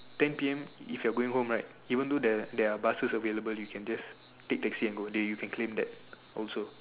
ten P_M if you're going home right even though there are there are buses available you can just take taxi and go they you can claim also